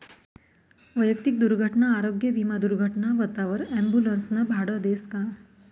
वैयक्तिक दुर्घटना आरोग्य विमा दुर्घटना व्हवावर ॲम्बुलन्सनं भाडं देस का?